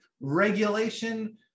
regulation